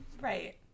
Right